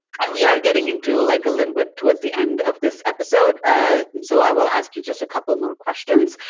and we are getting into like a little bit towards the end of this episode ah so i will ask you just a couple more questions